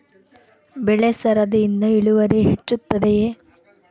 ಬೆಳೆ ಸರದಿಯಿಂದ ಇಳುವರಿ ಹೆಚ್ಚುತ್ತದೆಯೇ?